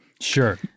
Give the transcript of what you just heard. Sure